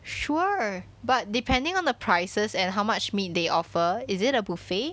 sure but depending on the prices and how much meat they offer is it a buffet